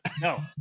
No